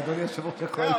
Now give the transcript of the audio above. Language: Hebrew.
אדוני יושב-ראש הקואליציה.